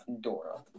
Dora